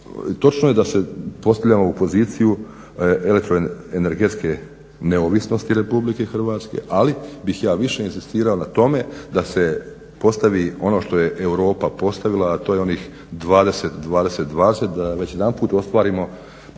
točno je da se postavljamo u poziciju elektoenergetske neovisnosti RH. Ali bih ja više inzistirao na tome da se postavi ono što je Europa postavila, a to je onih 20/20 da već jedanput ostavimo